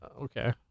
okay